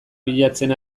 bilatzen